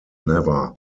never